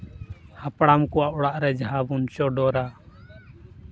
ᱦᱟᱯᱲᱟᱢ ᱠᱚᱣᱟᱜ ᱚᱲᱟᱜ ᱨᱮ ᱡᱟᱦᱟᱸ ᱵᱚᱱ ᱪᱚᱰᱚᱨᱟ